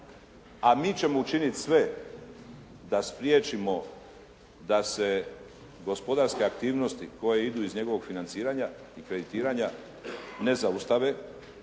a mi ćemo učiniti sve da spriječimo da se gospodarske aktivnosti koje idu iz njegovog financiranja i kreditiranja ne zaustave,